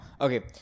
okay